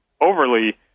overly